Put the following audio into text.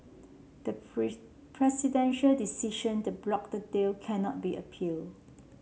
the presidential decision to block the deal cannot be appealed